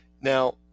Now